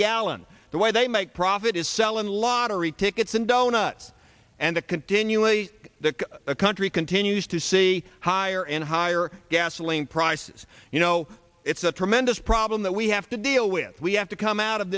gallon the way they make profit is selling lottery tickets and donuts and it continually the country continues to see higher and higher gasoline prices you know it's a tremendous problem that we have to deal with we have to come out of